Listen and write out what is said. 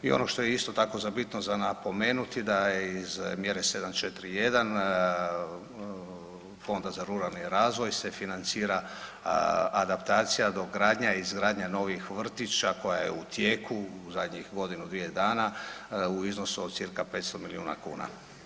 I ono što je isto tako za bitno za napomenut je da iz mjere 741 Fonda za ruralni razvoj se financira adaptacija, dogradnja i izgradnja novih vrtića koja je u tijeku u zadnjih godinu dvije dana u iznosu od cca. 500 milijuna kuna.